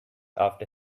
after